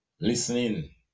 listening